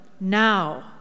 now